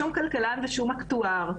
שום כלכלן ושום אקטואר.